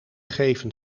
geven